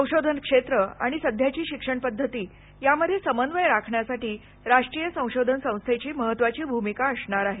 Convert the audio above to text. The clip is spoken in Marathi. संशोधन क्षेत्र आणि सध्याची शिक्षण पद्धती यामध्ये समन्वय राखण्यासाठी राष्ट्रीय संशोधन संस्थेची महत्त्वाची भूमिका असणार आहे